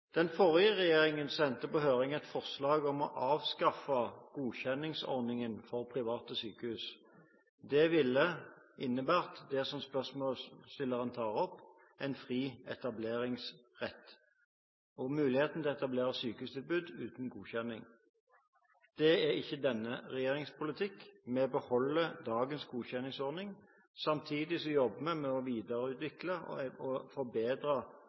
Den forrige regjeringen sendte på høring et forslag om å avskaffe godkjenningsordningen for private sykehus. Det ville innebåret det som spørsmålsstilleren tar opp, en fri etableringsrett og muligheten til å etablere sykehustilbud uten godkjenning. Det er ikke denne regjeringens politikk. Vi beholder dagens godkjenningsordning. Samtidig jobber vi med å videreutvikle og forbedre